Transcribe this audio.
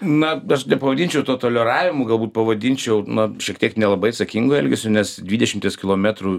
na aš nepavadinčiau to toleravimu galbūt pavadinčiau na šiek tiek nelabai atsakingu elgesiu nes dvidešimties kilometrų